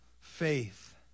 faith